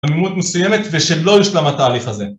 עמימות מסוימת ושלא יושלם התהליך הזה